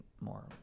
more